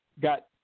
got